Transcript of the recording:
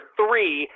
three